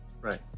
Right